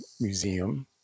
Museum